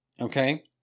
okay